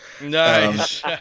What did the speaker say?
Nice